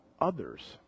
others